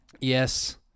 yes